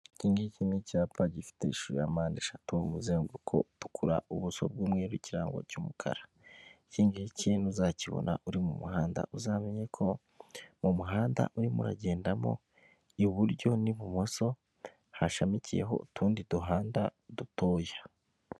Iki ngiki ni icyapa gifite ishusho ya mpande eshatu, umuzenguruko utukura, ubuso bw'umweru, ikirango cy'umukara. Ikingiki nuzakibona uri mu muhanda uzamenyeko uwo muhanda urimo uragendamo iburyo n'ibumoso hashamikiyeho utundi duhanda dutoya.